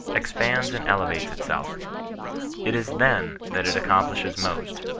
ex pands and elevates itself it is then that it accomplishes most,